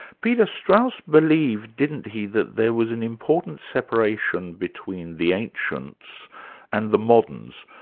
peter, strauss believed didn't he that there was an important separation between the ancients and the moderns.